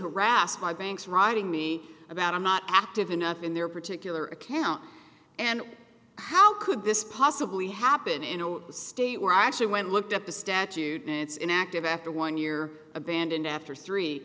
harassed by banks writing me about i'm not active enough in their particular account and how could this possibly happen in no state where i actually went looked up the statute minutes inactive after one year abandoned after three